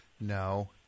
No